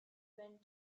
went